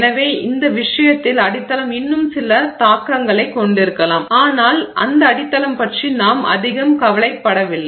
எனவே இந்த விஷயத்தில் அடித்தளம் இன்னும் சில தாக்கங்களை கொண்டிருக்கலாம் ஆனால் அந்த அடித்தளம் பற்றி நாம் அதிகம் கவலைப்படவில்லை